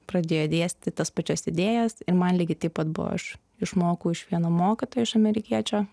pradėjo dėstyt tas pačias idėjas ir man lygiai taip pat buvo aš išmokau iš vieno mokytojo iš amerikiečio